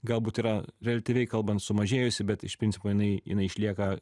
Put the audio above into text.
galbūt yra reliatyviai kalbant sumažėjusi bet iš principo jinai jinai išlieka